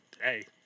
Hey